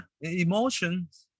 emotions